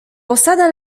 posada